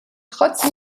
trotz